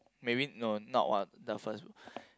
maybe no not one the first